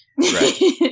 Right